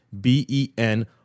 B-E-N